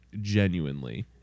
genuinely